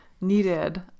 needed